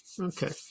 Okay